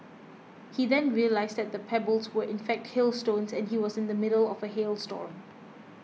he then realised that the pebbles were in fact hailstones and he was in the middle of a hail storm